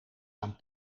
aan